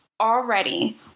already